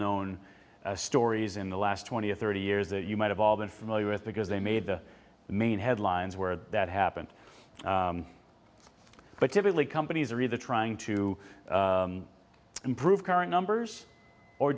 known stories in the last twenty or thirty years that you might have all been familiar with because they made the main headlines where that happened but typically companies are either trying to improve our numbers or